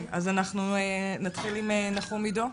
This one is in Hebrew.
אנחנו נתחיל עם נחום עידו,